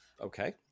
Okay